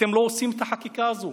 אתם לא עושים את החקיקה הזאת,